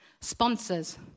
sponsors